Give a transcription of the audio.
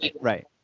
Right